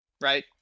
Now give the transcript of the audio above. right